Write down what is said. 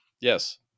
Yes